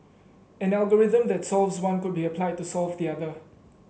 an algorithm that solves one could be applied to solve the other